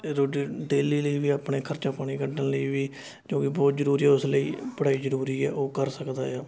ਰੋਜ਼ daily ਲਈ ਵੀ ਆਪਣੇ ਖਰਚਾ ਪਾਣੀ ਕੱਢਣ ਲਈ ਵੀ ਜੋ ਕਿ ਬਹੁਤ ਜ਼ਰੂਰੀ ਹੈ ਉਸ ਲਈ ਬੜਾ ਜ਼ਰੂਰੀ ਹੈ ਉਹ ਕਰ ਸਕਦਾ ਹੈ